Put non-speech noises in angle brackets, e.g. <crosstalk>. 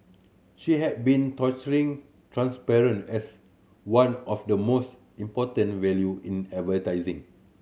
she has been touting transparent as one of the most important value in <unintelligible>